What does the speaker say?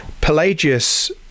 Pelagius